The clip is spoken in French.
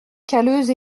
calleuses